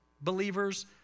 believers